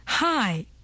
hi